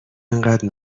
اینقدر